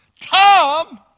Tom